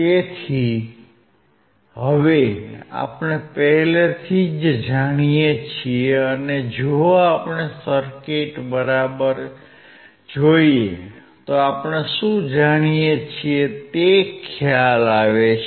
તેથી હવે આપણે પહેલેથી જ જાણીએ છીએ અને જો આપણે સર્કિટ બરાબર જોઇએ તો આપણે શું જાણીએ છીએ તે ખ્યાલ આવે છે